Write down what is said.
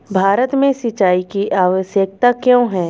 भारत में सिंचाई की आवश्यकता क्यों है?